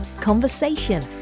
conversation